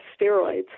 steroids